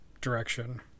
direction